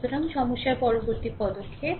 সুতরাং সমস্যার পরবর্তী পদক্ষেপ